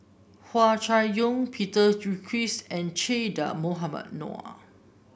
Hua Chai Yong Peter Gilchrist and Che Dah Mohamed Noor